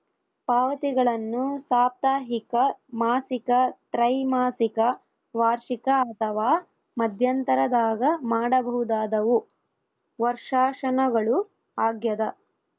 ಪಾವತಿಗಳನ್ನು ಸಾಪ್ತಾಹಿಕ ಮಾಸಿಕ ತ್ರೈಮಾಸಿಕ ವಾರ್ಷಿಕ ಅಥವಾ ಮಧ್ಯಂತರದಾಗ ಮಾಡಬಹುದಾದವು ವರ್ಷಾಶನಗಳು ಆಗ್ಯದ